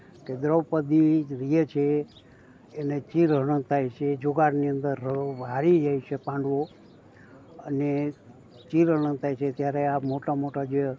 કે દ્રૌપદી રહે છે એનું ચીરહરણ થાય છે જુગારની અંદર હારી જાય છે પાંડવો અને ચીરહરણ થાય છે ત્યારે આ મોટા મોટા જે